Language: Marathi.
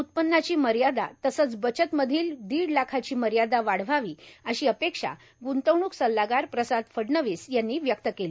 उत्पन्नाची मर्यादा तसंच बचत मधील दीड लाखाची मर्यादा वाढवावी अशी अपेखा गृंतवणूक सल्लागार प्रसाद फडणवीस यांनी व्यक्त केली